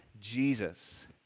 Jesus